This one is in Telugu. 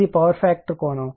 ఇది పవర్ ఫ్యాక్టర్ యాంగిల్